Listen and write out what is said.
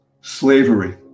Slavery